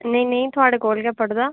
नेईं नेईं थुआढ़े कोल गै पढ़दा